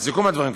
לסיכום הדברים,